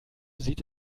sieht